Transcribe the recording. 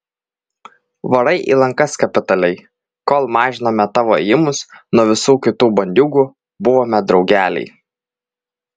varai į lankas kapitaliai kol mažinome tavo ėjimus nuo visų kitų bandiūgų buvome draugeliai